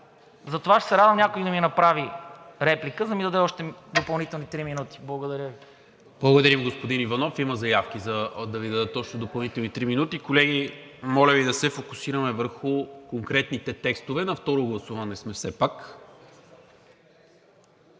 Затова ще се радвам някой да ми направи реплика и да ми даде още допълнителни три минути. Благодаря Ви. ПРЕДСЕДАТЕЛ НИКОЛА МИНЧЕВ: Благодаря, господин Иванов. Има заявки да Ви дадат допълнителни три минути. Колеги, моля Ви да се фокусираме върху конкретните текстове. На второ гласуване сме все пак.